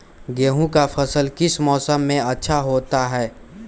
गेंहू का फसल किस मौसम में अच्छा होता है?